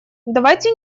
давайте